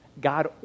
God